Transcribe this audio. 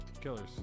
Killers